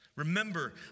Remember